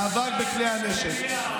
על מחדל הנשק.